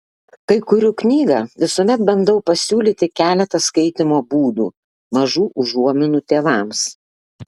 kai kuriu knygą visuomet bandau pasiūlyti keletą skaitymo būdų mažų užuominų tėvams